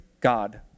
God